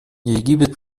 египет